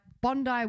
bondi